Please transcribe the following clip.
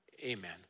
amen